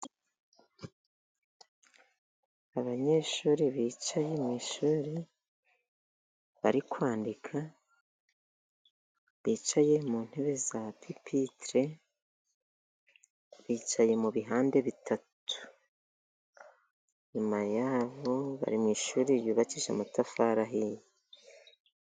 Abanyeshuri bicaye mu ishuri, bari kwandika, bicaye mu ntebe za pipitire, bicaye mu bihande bitatu, nyuma y'aho bari mu ishuri ryubakishije amatafari ahiye.